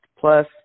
plus